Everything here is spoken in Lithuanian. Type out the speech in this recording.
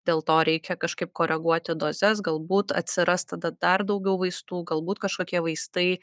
dėl to reikia kažkaip koreguoti dozes galbūt atsiras tada dar daugiau vaistų galbūt kažkokie vaistai